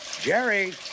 Jerry